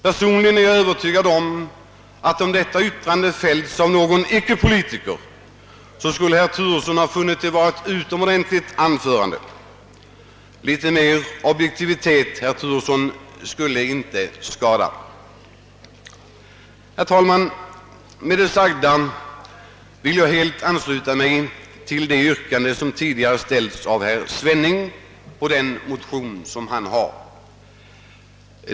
Personligen är jag övertygad om att herr Turesson, om detta yttrande hade fällts av någon icke-politiker, skulle ha funnit det vara ett utomordentligt anförande. Litet större objektivitet, herr Turesson, skulle inte skada. Herr talman! Med det sagda vill jag helt ansluta mig till det yrkande som tidigare ställts av herr Svenning om bifall till den motion som han har väckt.